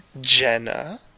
Jenna